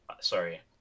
Sorry